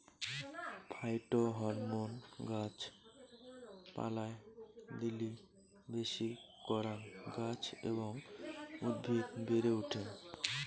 phytohormone গাছ পালায় দিলি বেশি করাং গাছ এবং উদ্ভিদ বেড়ে ওঠে